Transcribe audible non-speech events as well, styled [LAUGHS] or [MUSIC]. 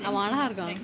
[LAUGHS]